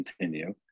continue